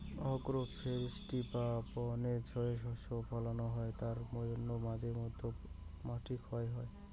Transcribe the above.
agro forestry বা বনে যে শস্য ফোলানো হয় তার জন্যে মাঝে মধ্যে মাটি ক্ষয় হয়